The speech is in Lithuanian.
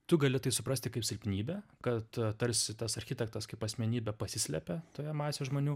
tu gali tai suprasti kaip silpnybę kad tarsi tas architektas kaip asmenybė pasislepia toje masėj žmonių